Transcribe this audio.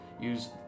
Use